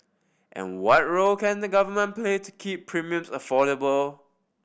and what role can the Government play to keep premiums affordable